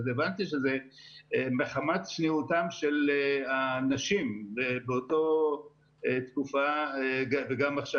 אז הבנתי שזה מחמת צניעותן של הנשים באותה תקופה וגם עכשיו.